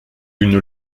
une